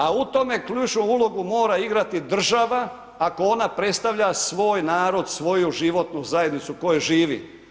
A u tome ključnu ulogu mora igrati država ako ona predstavlja svoj narod, svoju životnu zajednicu u kojoj živi.